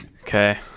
okay